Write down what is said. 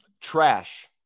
Trash